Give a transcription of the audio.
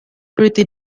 pretty